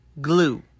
glue